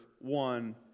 one